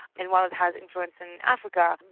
and while has influence in africa,